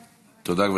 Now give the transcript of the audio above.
תודה.